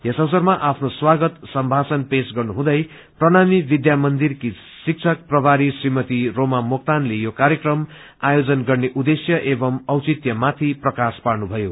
यस अवसरमा आफ्नो स्वागत सम्भाषण पेश गर्नुहुँदै प्रणामी विद्यामन्दिरको शिक्षक प्रभारी श्रीमती रोमा मोक्त्रनले यो क्वर्यक्रम आयोजन गर्ने उद्देश्य एवं औषित्यमाथि प्रकाश पार्नु भयो